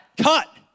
Cut